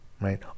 right